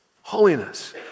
Holiness